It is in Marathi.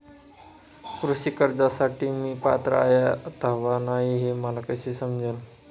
कृषी कर्जासाठी मी पात्र आहे अथवा नाही, हे मला कसे समजेल?